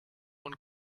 und